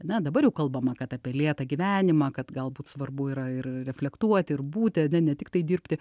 na dabar jau kalbama kad apie lėtą gyvenimą kad galbūt svarbu yra ir reflektuoti ir būti ane ne tiktai dirbti